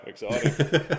Exciting